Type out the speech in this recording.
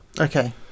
Okay